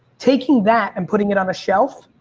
taking that and putting it on a shelf,